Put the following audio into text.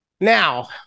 Now